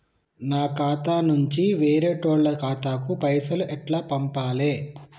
నా ఖాతా నుంచి వేరేటోళ్ల ఖాతాకు పైసలు ఎట్ల పంపాలే?